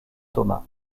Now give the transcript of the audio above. thomas